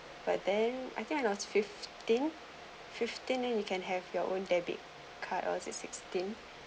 but then I think I not fifteen fifteen then you can have your own debit card or is it sixteen